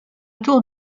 tour